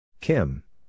Kim